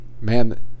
Man